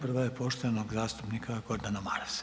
Prva je poštovanog zastupnika Gordana Marasa.